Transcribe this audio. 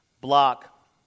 block